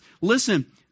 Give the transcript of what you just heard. listen